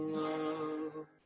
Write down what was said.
love